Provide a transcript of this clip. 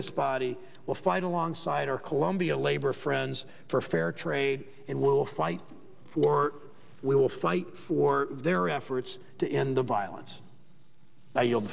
this body will fight alongside our colombia labor friends for fair trade and will fight for we will fight for their efforts to end the violence now you'll